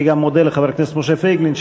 אני גם מודה לחבר הכנסת משה פייגלין,